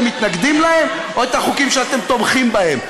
מתנגדים להם או את החוקים שאתם תומכים בהם.